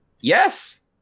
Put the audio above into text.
Yes